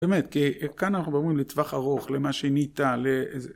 באמת, כי כאן אנחנו מדברים לטווח ארוך, למה שניתן, ל... זה...